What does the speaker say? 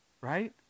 right